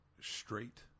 straight